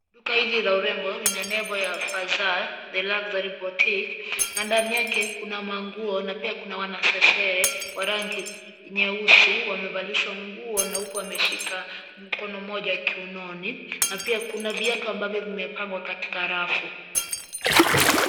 Duka hili la urembo lina nembo la Fazzar the Luxury Botique. Ndani yake kuna manguo na pia kuna wanasesere wa rangi nyeusi wamevalishwa nguo na huku wameshika mkono moja kiunoni na pia kuna viatu ambavyo vimepangwa katika rafu.